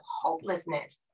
hopelessness